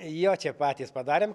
jo čia patys padarėm